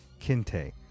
Kinte